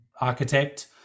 architect